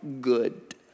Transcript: good